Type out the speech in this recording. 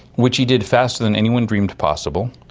which he did faster than anyone dreamed possible,